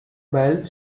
bell